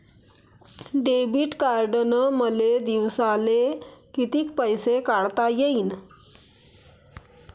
Debit कार्डनं मले दिवसाले कितीक पैसे काढता येईन?